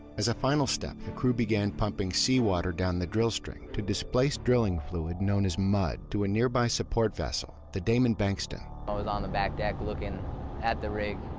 as a final step, the crew began pumping seawater down the drill string to displace drilling fluid known as mud to a nearby support vessel, the damon bankston. i was on the back deck looking at the rig,